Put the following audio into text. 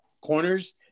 corners